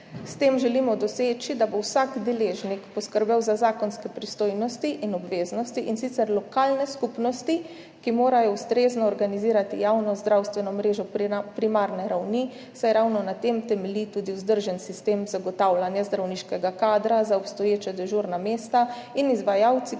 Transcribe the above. S tem želimo doseči, da bo vsak deležnik poskrbel za zakonske pristojnosti in obveznosti, in sicer lokalne skupnosti, ki morajo ustrezno organizirati javno zdravstveno mrežo primarne ravni, saj ravno na tem temelji tudi vzdržen sistem zagotavljanja zdravniškega kadra za obstoječa dežurna mesta, in izvajalci,